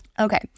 Okay